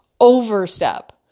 overstep